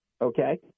Okay